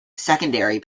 secondary